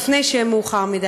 לפני שיהיה מאוחר מדי.